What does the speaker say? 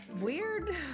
weird